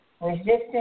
resistance